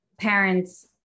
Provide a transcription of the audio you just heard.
parents